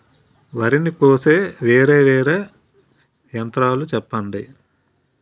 వరి ని కోసే వేరా వేరా యంత్రాలు చెప్పండి?